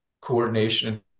coordination